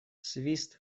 свист